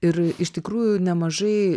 ir iš tikrųjų nemažai